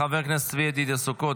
חבר הכנסת צבי ידידיה סוכות,